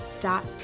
dot